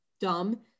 dumb